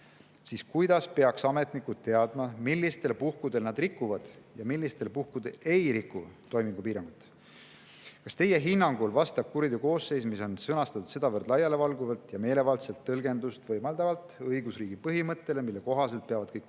siis kuidas peaks ametnikud teadma, millistel puhkudel nad rikuvad ja millistel puhkudel ei riku toimingupiirangut? Kas Teie hinnangul vastab kuriteokoosseis, mis on sõnastatud sedavõrd laialivalguvalt ja meelevaldset tõlgendust võimaldavalt, õigusriigi põhimõttele, mille kohaselt peavad kõik kuriteod